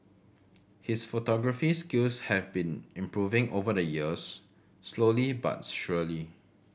his photography skills have been improving over the years slowly but surely